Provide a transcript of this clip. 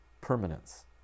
permanence